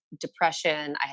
depression